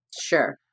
sure